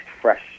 fresh